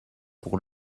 pour